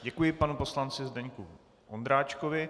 Děkuji panu poslanci Zdeňku Ondráčkovi.